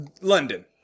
London